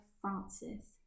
Francis